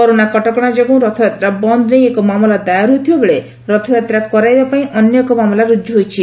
corona କଟକଶା ଯୋଗୁଁ ରଥଯାତ୍ରା ବନ୍ଦ ନେଇ ଏକ ମାମଲା ଦାୟର ହୋଇଥିବାବେଳେ ରଥଯାତ୍ରା କରାଇବା ପାଇଁ ଅନ୍ୟଏକ ମାମଲା ରୁଜୁ ହୋଇଛି